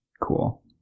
Cool